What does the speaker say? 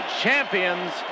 champions